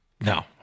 No